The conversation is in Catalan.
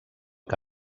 que